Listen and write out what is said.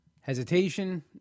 hesitation